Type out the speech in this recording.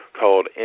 called